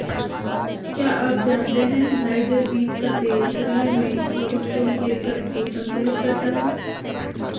क्या आप जानते है नाइजर बीज का तेल शरीर में कोलेस्ट्रॉल के स्तर को संतुलित करता है?